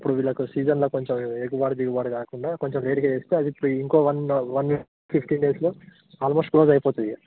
ఇప్పుడు వీళ్లకు సీజన్ల కొంచెం ఎగుబడి దిగుబడి కాకుండా కొంచెం లేటుగా చేస్తే అది ఇప్పుడు ఇంకో వన్ ఆర్ ఫిఫ్టీన్ డేస్లో ఆల్మోస్ట్ క్లోజ్ అయిపోతుంది ఇక